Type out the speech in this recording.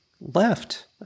left